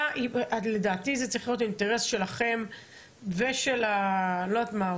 לדעתי זה צריך להיות אינטרס שלכם ושל לא יודעת מה,